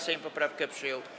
Sejm poprawkę przyjął.